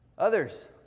Others